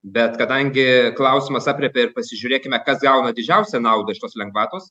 bet kadangi klausimas aprėpia ir pasižiūrėkime kas gauna didžiausią naudą iš tos lengvatos